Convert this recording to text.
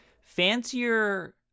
fancier